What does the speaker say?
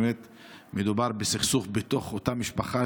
באמת מדובר בסכסוך בתוך אותה משפחה,